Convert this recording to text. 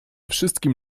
wszystkim